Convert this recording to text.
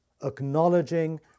acknowledging